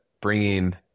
bringing